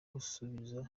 gusubiza